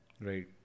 Right